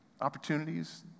opportunities